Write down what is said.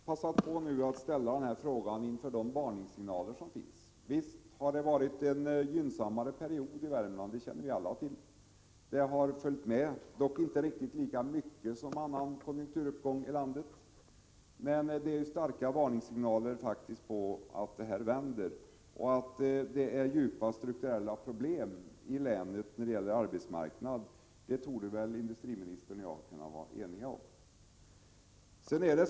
Herr talman! Jag passade på att ställa frågan inför de varningssignaler som finns. Visst har det nu varit en gynnsammare period i Värmland — det känner vi alla till. Utvecklingen i Värmland har, dock inte i lika hög grad som i landet som helhet, följt konjunkturuppgången, men det är faktiskt starka varningssignaler om att utvecklingen vänder. Det finns djupa strukturella problem i länet när det gäller arbetsmarknaden. Det torde industriministern och jag vara eniga om.